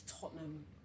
Tottenham